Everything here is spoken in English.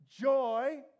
joy